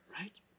right